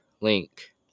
Link